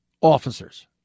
officers